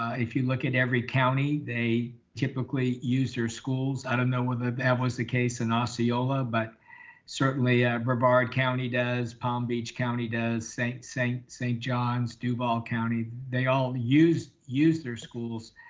if you look at every county, they typically used their schools. i don't know whether that was the case in osceola, but certainly bravard county does, palm beach county does, saint saint saint john's duval county. they all use use their schools.